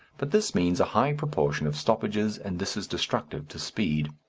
but this means a high proportion of stoppages, and this is destructive to speed.